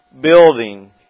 building